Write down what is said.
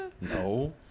No